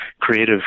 creative